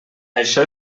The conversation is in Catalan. això